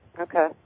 Okay